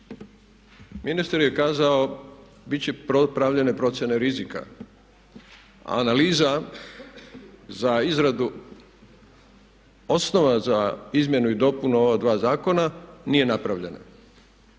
Ministar je kazao bit će pravljene procjene rizika. Analiza za izradu osnova za izmjenu i dopunu ova dva zakona nije napravljena.